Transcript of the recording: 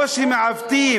או שמעוותים,